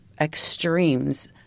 extremes